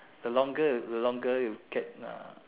the longer the longer you get ah